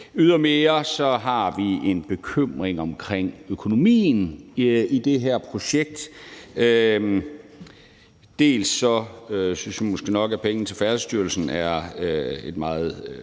Ydermere har vi en bekymring omkring økonomien i det her projekt. Dels synes vi måske nok, at pengene til Færdselsstyrelsen udgør et meget lavt